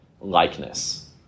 likeness